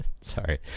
sorry